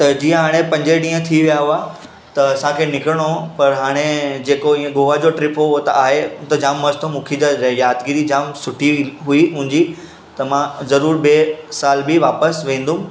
त जीअं हाणे पंज ॾींहं थिया हुआ त असांखे निकिरणो हो पर हाणे जेको इहो गोवा जो ट्रिप हो उहो त आहे त जामु मस्तु मूंखे त यादिगिरी सुठी हुई मुंहिंजी त मां ज़रूरु ॿिए सालु बि वापसि वेंदुमि